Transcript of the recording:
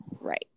right